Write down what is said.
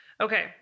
Okay